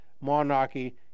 monarchy